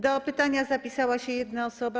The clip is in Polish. Do pytania zgłosiła się jedna osoba.